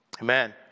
Amen